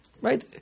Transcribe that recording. Right